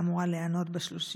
היא הייתה אמורה להיענות ב-30